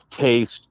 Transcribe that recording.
taste